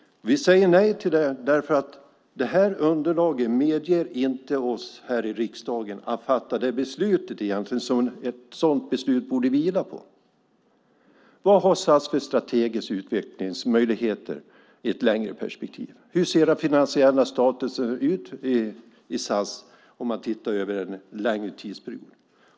Vi säger nej till det därför att underlaget inte medger oss här i riksdagen att fatta beslut på sådana grunder som ett sådant beslut borde vila på. Vad har SAS för strategiska utvecklingsmöjligheter i ett längre perspektiv? Hur ser den finansiella statusen ut i SAS om man tittar över en längre tidsperiod?